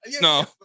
no